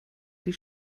die